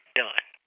done